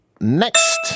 Next